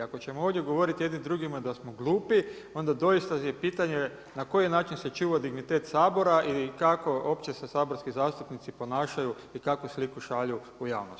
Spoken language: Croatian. Ako ćemo ovdje govoriti jednim drugima da smo glupi, onda doista je pitanje, na koji način se čuva dignitet Sabora i kako uopće se saborski zastupnici ponašaju i kakvu sliku šalju u javnost.